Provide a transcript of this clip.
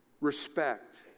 respect